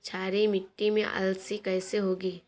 क्षारीय मिट्टी में अलसी कैसे होगी?